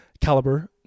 caliber